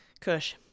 Kush